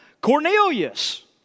Cornelius